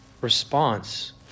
response